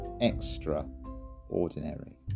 extraordinary